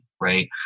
right